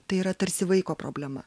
tai yra tarsi vaiko problema